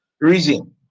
reason